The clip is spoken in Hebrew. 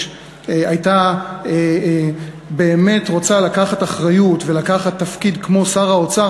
הייתה באמת רוצה לקחת אחריות ולקחת תפקיד כמו שר האוצר,